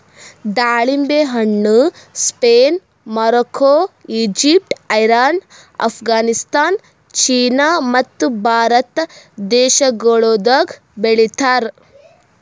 ದಾಳಿಂಬೆ ಹಣ್ಣ Spain, Morocco, Egypt, Iran, Afghanistan, China ಮತ್ತ ಭಾರತ ದೇಶಗೊಳ್ದಾಗ್ ಬೆಳಿತಾರ್